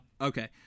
Okay